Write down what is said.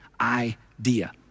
idea